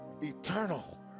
eternal